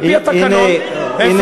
על-פי התקנון, הנה, איפה הוא?